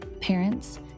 Parents